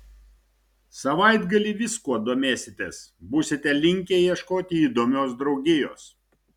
savaitgalį viskuo domėsitės būsite linkę ieškoti įdomios draugijos